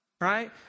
right